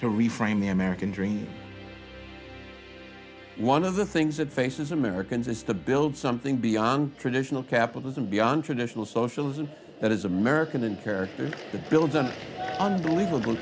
to reframe the american dream one of the things that faces americans is to build something beyond traditional capitalism beyond traditional socialism that is american in character the builds on the unbelievable